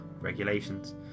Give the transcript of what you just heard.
regulations